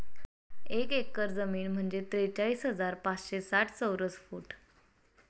एक एकर जमीन म्हणजे त्रेचाळीस हजार पाचशे साठ चौरस फूट